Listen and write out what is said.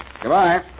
Goodbye